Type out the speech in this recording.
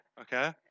okay